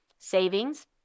Savings